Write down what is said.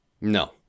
No